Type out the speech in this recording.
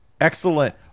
Excellent